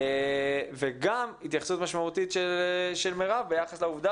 וגם התייחסות משמעותית של מירב ביחס לעובדה